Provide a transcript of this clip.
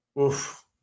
oof